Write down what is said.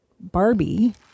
Barbie